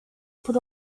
put